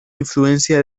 influencia